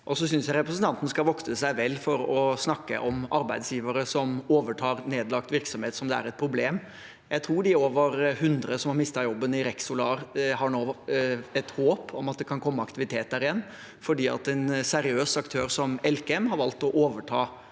Jeg synes representanten skal vokte seg vel for å snakke om arbeidsgivere som overtar nedlagt virksomhet som om det er et problem. Jeg tror de over 100 som har mistet jobben i REC Solar, nå har et håp om at det kan komme aktivitet der igjen fordi en seriøs aktør som Elkem har valgt å overta